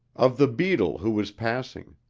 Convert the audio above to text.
of the beadle who was passing.